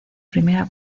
primera